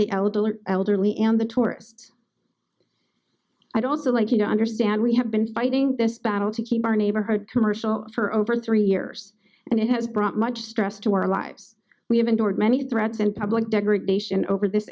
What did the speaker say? the elderly or elderly and the tourist i'd also like you to understand we have been fighting this battle to keep our neighborhood commercial for over three years and it has brought much stress to our lives we have endured many threats and public degradation over this